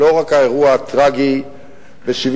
לא רק האירוע הטרגי ב-73,